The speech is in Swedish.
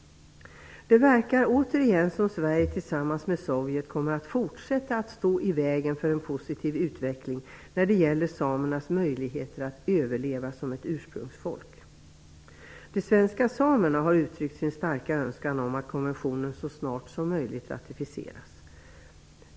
Det verkar återigen som att Sverige tillsammans med Sovjet kommer att fortsätta att stå i vägen för en positiv utveckling när det gäller samernas möjligheter att överleva som ett ursprungsfolk. De svenska samerna har uttryckt sin starka önskan om att konventionen så snart som möjligt ratificeras.